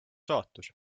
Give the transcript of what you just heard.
saatus